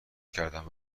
کردم